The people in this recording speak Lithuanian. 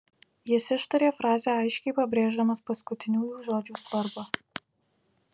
jis ištarė frazę aiškiai pabrėždamas paskutiniųjų žodžių svarbą